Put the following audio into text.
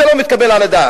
זה לא מתקבל על הדעת.